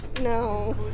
No